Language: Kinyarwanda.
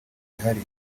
zihari